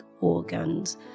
organs